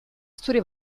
zuri